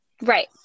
Right